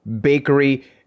bakery